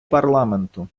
парламенту